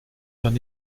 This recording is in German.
dann